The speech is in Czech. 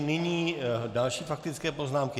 Nyní další faktické poznámky.